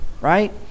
Right